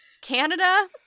Canada